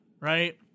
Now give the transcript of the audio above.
Right